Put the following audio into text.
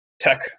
tech